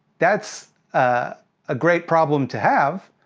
that's a ah great problem to have.